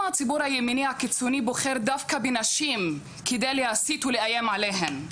למה הציבור הימני הקיצוני בוחר דווקא בנשים כדי להסית ולאיים עליהן.